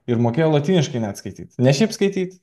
ir mokėjo lotyniškai net skaityt ne šiaip skaityt